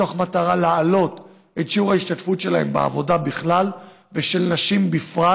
מתוך מטרה להעלות את שיעור ההשתתפות שלהם בעבודה בכלל ושל נשים בפרט.